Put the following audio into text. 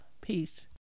peace